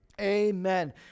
Amen